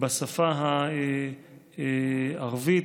בשפה הערבית.